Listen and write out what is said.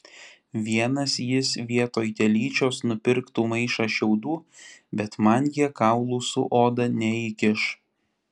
vienas jis vietoj telyčios nupirktų maišą šiaudų bet man jie kaulų su oda neįkiš